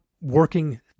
working